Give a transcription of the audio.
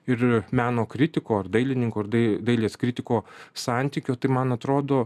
ir meno kritiko ar dailininko r adai dailės kritiko santykio tai man atrodo